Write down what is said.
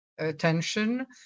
attention